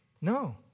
No